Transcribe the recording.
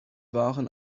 waren